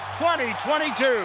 2022